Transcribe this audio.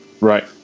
right